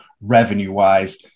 revenue-wise